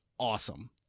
awesome